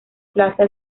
plaza